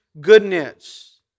goodness